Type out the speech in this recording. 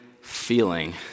feeling